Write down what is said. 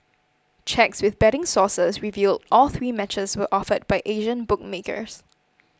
checks with betting sources revealed all three matches were offered by Asian bookmakers